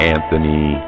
Anthony